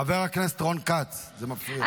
חבר הכנסת רון כץ זה מפריע.